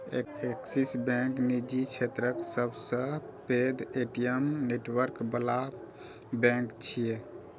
Axis bank निजी क्षेत्रक सबसं पैघ ए.टी.एम नेटवर्क बला बैंक छियै